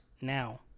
now